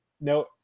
No